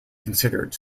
considered